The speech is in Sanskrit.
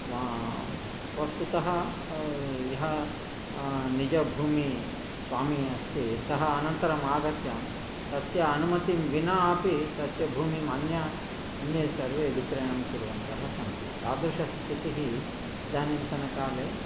मा वस्तुतः अयं यः निजभूस्वामि अस्ति सः अनन्तरम् आगत्य तस्य आनुमतिं विना अपि तस्य भूमिमन्यः अन्ये सर्वे विक्रयणं कुर्वन्तः सन्ति तादृशस्थितिः इदानीन्तनकाले